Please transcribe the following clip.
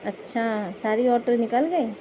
اچھا ساری آٹو نکل گئی